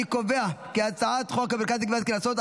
אני קובע כי הצעת חוק המרכז לגביית קנסות,